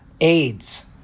aids